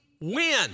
win